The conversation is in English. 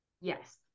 Yes